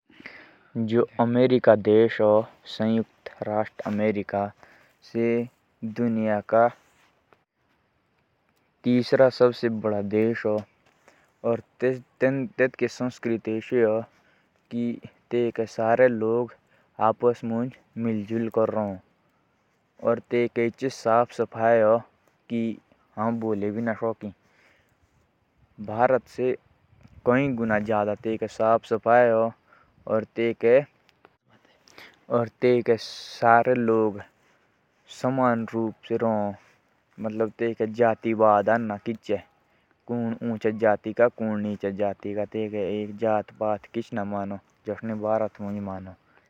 जो अमेरिका देश है। उसकी संस्कृति बहुत ज़्यादा अच्छी है। और वहाँ जाति पाति कुछ नहीं है। और वहाँ सफ़ सफ़ाई भी बहुत अच्छी है।